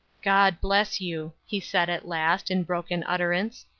god bless you, he said, at last, in broken utterance.